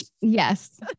Yes